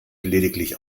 lediglich